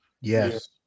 Yes